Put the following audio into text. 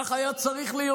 כך היה צריך להיות.